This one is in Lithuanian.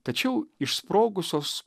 tačiau išsprogusios